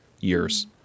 years